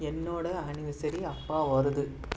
என்னோட ஆனிவர்சரி எப்போ வருது